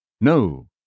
No